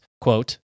quote